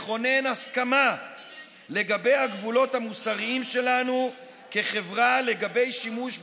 לכונן הסכמה לגבי הגבולות המוסריים שלנו כחברה על שימוש בנשק,